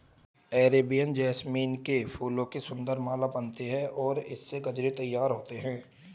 Arabian jasmine के फूलों की सुंदर माला बनती है और इससे गजरे तैयार होते हैं